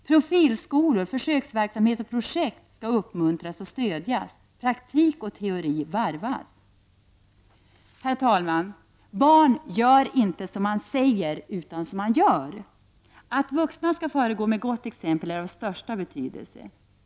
Profilskolor, försöksverksamhet och projekt skall uppmuntras och stödjas, praktik och teori varvas. Herr talman! ”Barn gör inte som man säger, utan som man gör.” Att vuxna skall föregå med gott exempel är av största betydelse.